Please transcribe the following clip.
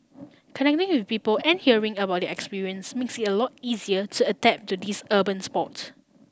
connecting with people and hearing about their experience makes it a lot easier to adapt to this urban sport